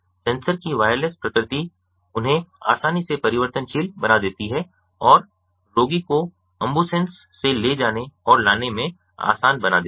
sensor की wireless प्रकृति उन्हें आसानी से परिवर्तनशील बना देती है और रोगी को एम्बुलेंस से ले जाने और लाने में आसान बना देती है